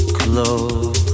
close